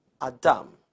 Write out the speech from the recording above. Adam